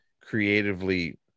creatively